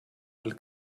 alle